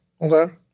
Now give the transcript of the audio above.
Okay